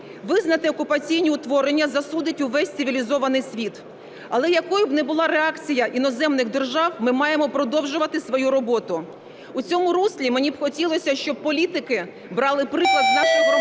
визнати окупаційні утворення засудить увесь цивілізований світ. Але якою б не була реакція іноземних держав, ми маємо продовжувати свою роботу. У цьому руслі мені б хотілося, щоб політики брали приклад з наших громадян